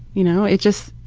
you know, it just,